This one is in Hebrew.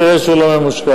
תראה שהוא לא ממושכן.